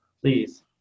Please